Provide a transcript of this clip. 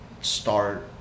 start